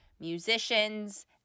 musicians